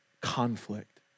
conflict